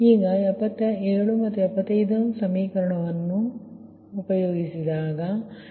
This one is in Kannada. ಈಗ 77 ಮತ್ತು 75 ಸಮೀಕರಣವನ್ನು ಬಳಸುತ್ತೇವೆ ಸರಿ